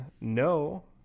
no